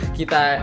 kita